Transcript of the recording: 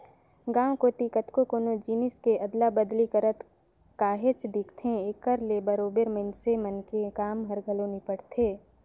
गाँव कोती कतको कोनो जिनिस के अदला बदली करत काहेच दिखथे, एकर ले बरोबेर मइनसे मन के काम हर घलो निपटथे